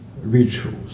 rituals